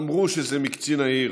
אמרו שזה מקצין העיר,